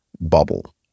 bubble